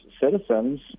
citizens